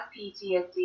PTSD